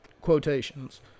quotations